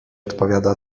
odpowiada